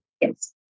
Yes